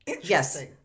yes